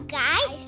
guys